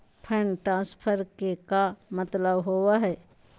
Fund transfer के का मतलब होव हई?